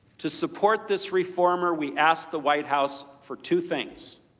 to support this reformer, we asked the white house for two things.